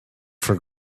for